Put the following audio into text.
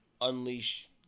unleash